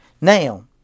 Now